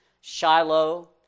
Shiloh